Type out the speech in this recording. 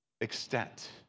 extent